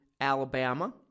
Alabama